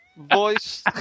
Voice